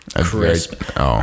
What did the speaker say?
crisp